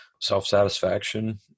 self-satisfaction